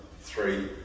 Three